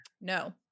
No